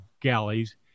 galleys